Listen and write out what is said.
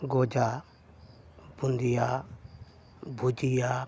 ᱜᱚᱡᱟ ᱵᱩᱫᱤᱭᱟ ᱵᱷᱩᱡᱤᱭᱟ